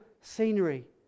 scenery